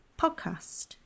podcast